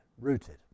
rooted